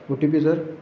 OTP sir